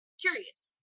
curious